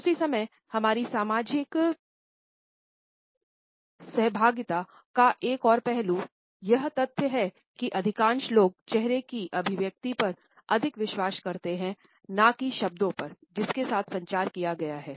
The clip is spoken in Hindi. उसी समय हमारी सामाजिक सहभागिता का एक और पहलू यह तथ्य है कि अधिकांश लोग चेहरे की अभिव्यक्ति पर अधिक विश्वास करते हैना की शब्दों पर जिसके साथ संचार किया गया है